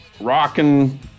rocking